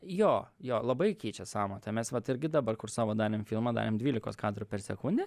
jo jo labai keičia sąmatą mes vat irgi dabar kur savo darėm filmą darėm dvylikos kadrų per sekundę